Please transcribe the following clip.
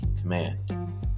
command